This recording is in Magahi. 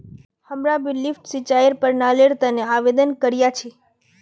हमरा भी लिफ्ट सिंचाईर प्रणालीर तने आवेदन करिया छि